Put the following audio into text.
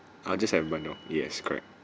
ah just have a bandung yes correct